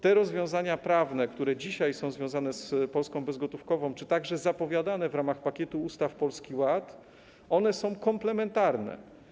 Te rozwiązania prawne, które dzisiaj są związane z Polską bezgotówkową czy także zapowiadane w ramach pakietu ustaw Polski Ład, są komplementarne.